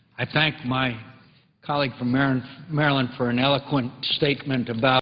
i thank my colleague from maryland maryland for an eloquent statement about